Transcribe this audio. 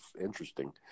interesting